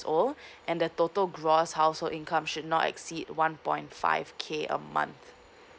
old and the total gross household income should not exceed one point five K a month